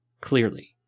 clearly